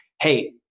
hey